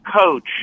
coach